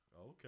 Okay